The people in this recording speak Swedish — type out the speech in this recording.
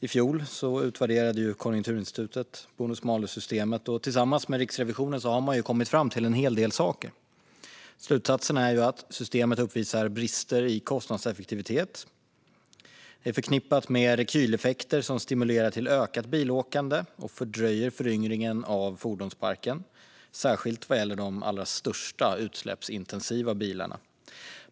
I fjol utvärderade Konjunkturinstitutet bonus-malus-systemet, och tillsammans med Riksrevisionen har man kommit fram till en hel del saker. Slutsatserna är att systemet uppvisar brister i kostnadseffektivitet, är förknippat med rekyleffekter som stimulerar till ökat bilåkande och fördröjer föryngringen av fordonsparken, särskilt vad gäller de allra största, utsläppsintensiva bilarna.